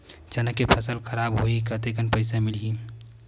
चना के फसल खराब होही कतेकन पईसा मिलही?